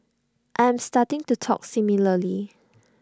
I am starting to talk similarly